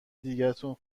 دیگتون